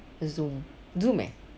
zoom zoom eh